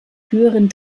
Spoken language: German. höherem